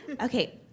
Okay